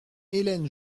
hélène